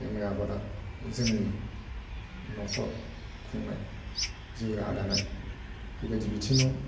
बे माइ आबादा जोंनि न'खर खुंनाय जिउ राहा दानाय बिबायदि बिथिङाव